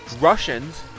russians